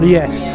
yes